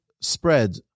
spread